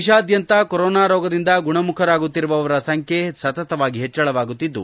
ದೇಶಾದ್ಯಂತ ಕೊರೋನಾ ರೋಗದಿಂದ ಗುಣಮುಖರಾಗುತ್ತಿರುವವರ ಸಂಖ್ಯೆ ಸತತವಾಗಿ ಹೆಚ್ಚಳವಾಗುತ್ತಿದ್ದು